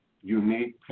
unique